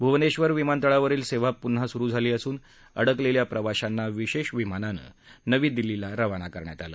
भ्वनेश्वर विमानतळावरील सेवा पुन्हा सुरु झाली असून अडकलेल्या प्रवाशांना विशेष विमानानं नवी दिल्लीला रवाना करण्यात आलं